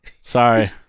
Sorry